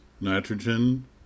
nitrogen